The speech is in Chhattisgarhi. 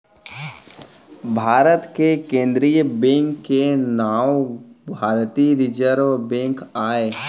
भारत के केंद्रीय बेंक के नांव भारतीय रिजर्व बेंक आय